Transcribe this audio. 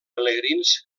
pelegrins